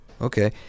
okay